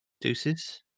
Deuces